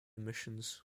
missions